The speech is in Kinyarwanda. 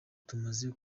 tumaze